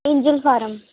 ਏਜਲ farm